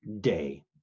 day